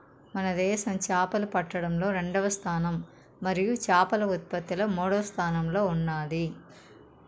మన దేశం చేపలు పట్టడంలో రెండవ స్థానం మరియు చేపల ఉత్పత్తిలో మూడవ స్థానంలో ఉన్నాది